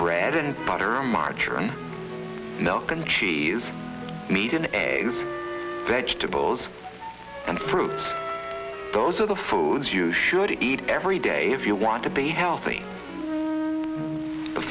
bread and butter or margarine milk and cheese meat and eggs vegetables and fruits those are the foods you should eat every day if you want to be healthy the